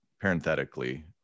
parenthetically